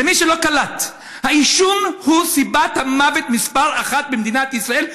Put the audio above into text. למי שלא קלט: העישון הוא סיבת המוות מספר אחת במדינת ישראל,